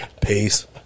Peace